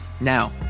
Now